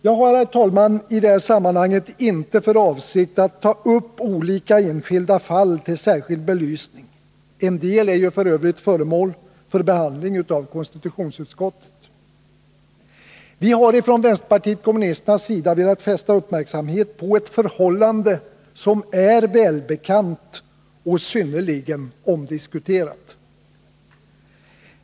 Jag har, herr talman, i detta sammanhang inte för avsikt att ta upp olika enskilda fall till särskild belysning — en del är ju f. ö. föremål för behandling av konstitutionsutskottet. Vi har från vänsterpartiet kommunisternas sida velat fästa uppmärksamheten på ett förhållande som är väl bekant och synnerligen omdiskuterat.